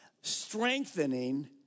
Strengthening